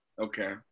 Okay